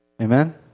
Amen